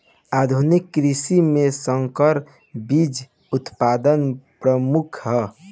आधुनिक कृषि में संकर बीज उत्पादन प्रमुख ह